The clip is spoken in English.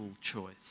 choice